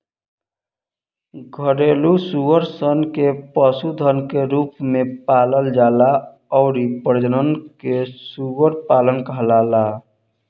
घरेलु सूअर सन के पशुधन के रूप में पालल जाला अउरी प्रजनन के सूअर पालन कहाला